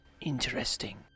Interesting